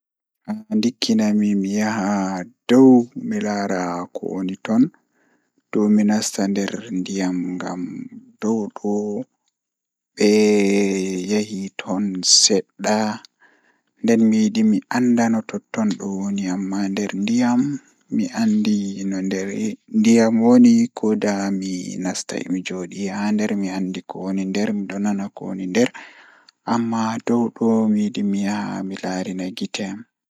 Ah ndikkinami mi yaha dow mi laara ko woni ton dow mi nasta nder ndiyam, Ngam dow do be yahi ton sedda nden mi yidi mi anda no totton woni amma nder ndiyam mi andi no nder ndiyam woni koda mi nastai mi joodi haa nder amma mi andi ko woni nder midon nana ko woni nder amma dow bo miyidi mi yaha mi larina gite am.